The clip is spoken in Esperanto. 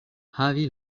havi